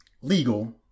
legal